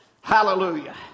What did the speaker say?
Hallelujah